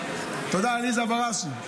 תודה, עליזה בראשי.